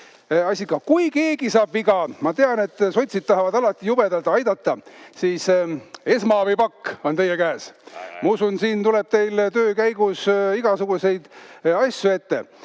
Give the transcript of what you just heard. asi. Kui keegi saab viga – ma tean, et sotsid tahavad alati jubedalt aidata –, siis esmaabipakk on teie käes. Ma usun, et siin tuleb teil töö käigus igasuguseid asju ette.